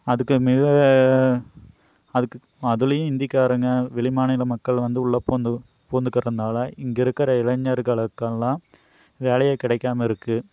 அதுக்கு மேல அதுக்கு அதுலேயும் ஹிந்திகாரங்க வெளிமாநில மக்கள் வந்து உள்ளே பூந்து பூந்துக்கிறனால இங்கே இருக்கிற இளைஞர்களுக்கெல்லாம் வேலையே கிடைக்காம இருக்குது